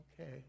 okay